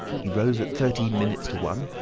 he rose at thirteen minutes to one,